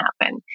happen